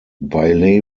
bei